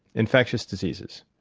infectious diseases.